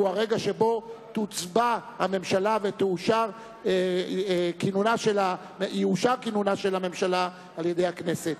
הוא הרגע שבו תוצבע הממשלה ויאושר כינונה של הממשלה על-ידי הכנסת.